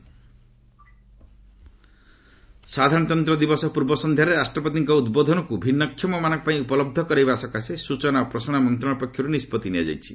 I and B ସାଧାରଣତନ୍ତ୍ର ଦିବସ ପୂର୍ବ ସନ୍ଧ୍ୟାରେ ରାଷ୍ଟ୍ରପତିଙ୍କ ଉଦ୍ବୋଧନକୁ ଭିନୁକ୍ଷମମାନଙ୍କ ପାଇଁ ଉପଲହ୍ଧ କରାଇବା ସକାଶେ ସ୍ବଚନା ଓ ପ୍ରସାରଣ ମନ୍ତ୍ରଣାଳୟ ପକ୍ଷରୁ ନିଷ୍କଭି ନିଆଯାଇଛି